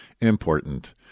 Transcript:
important